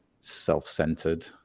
self-centered